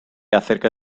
acerca